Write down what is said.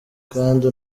kandi